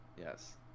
Yes